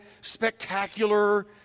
spectacular